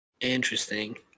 Interesting